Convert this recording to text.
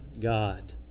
God